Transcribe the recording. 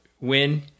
win